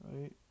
right